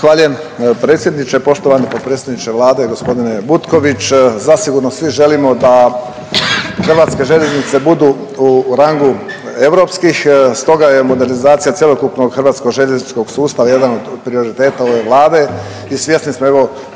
predsjedniče, poštovani potpredsjedniče Vlade, gospodine Butković. Zasigurno svi želimo da Hrvatske željeznice budu u rangu europskih, stoga je modernizacija cjelokupnog hrvatskog željezničkog sustava jedan od prioriteta ove Vlade i svjesni smo evo